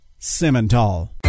simmental